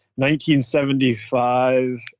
1975